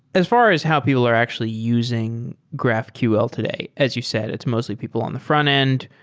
as far as how people are actually using graphql today, as you said, it's mostly people on the frontend.